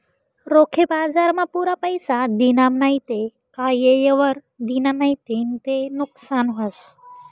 रोखे बजारमा पुरा पैसा दिना नैत का येयवर दिना नैत ते नुकसान व्हस